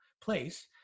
place